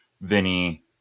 Vinny